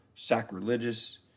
sacrilegious